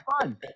fun